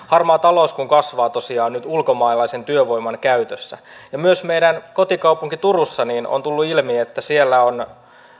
harmaa talous kun kasvaa tosiaan nyt ulkomaalaisen työvoiman käytössä myös meidän kotikaupungissamme turussa on tullut ilmi että myös turun telakkateollisuudessa on